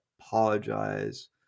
apologize